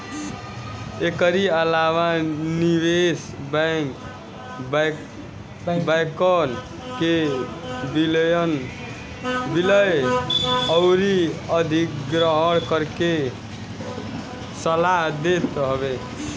एकरी अलावा निवेश बैंक, बैंकन के विलय अउरी अधिग्रहण करे के सलाह देत हवे